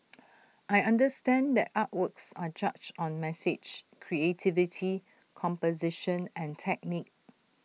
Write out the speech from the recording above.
I understand that artworks are judged on message creativity composition and technique